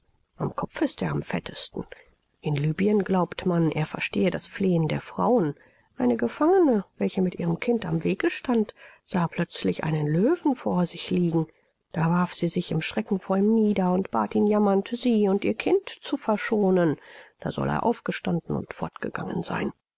am kopf ist er am festesten in lybien glaubt man er verstehe das flehen der frauen eine gefangene welche mit ihrem kind am wege stand sah plötzlich einen löwen vor sich liegen da warf sie sich im schrecken vor ihm nieder und bat ihn jammernd sie und ihr kind zu verschonen da soll er aufgestanden und fortgegangen sein